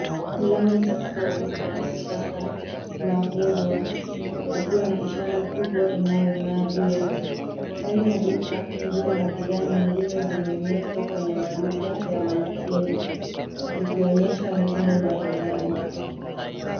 Mlango mrefu wa duka ya kisasa ya Woolworths , likiwa na ishara kubwa, inayong'aa juu yake. Ndani ya duka, nguo na bidhaa nyingine zimeonyeshwa kwenye maduka ya manikeni, zikionyesha mitindo mbalimbali.